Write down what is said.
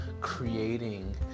creating